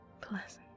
pleasant